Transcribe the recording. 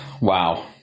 Wow